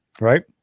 Right